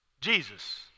Jesus